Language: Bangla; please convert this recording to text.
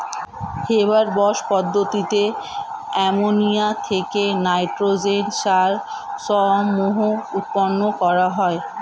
হেবার বস পদ্ধতিতে অ্যামোনিয়া থেকে নাইট্রোজেন সার সমূহ উৎপন্ন করা হয়